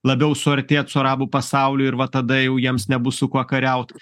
labiau suartėt su arabų pasauliu ir va tada jau jiems nebus su kuo kariaut